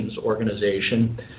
organization